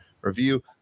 review